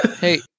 Hey